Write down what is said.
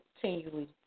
continually